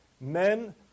men